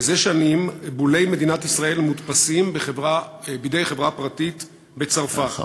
זה שנים בולי מדינת ישראל מודפסים על-ידי חברה פרטית בצרפת.